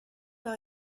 par